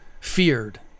feared